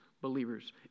believers